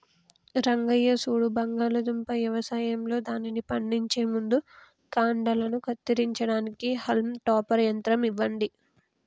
రంగయ్య సూడు బంగాళాదుంప యవసాయంలో దానిని పండించే ముందు కాండలను కత్తిరించడానికి హాల్మ్ టాపర్ యంత్రం ఇవ్వండి